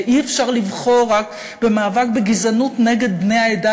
אי-אפשר לבחור רק במאבק בגזענות נגד בני העדה